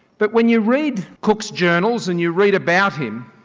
but when you read cook's journals and you read about him,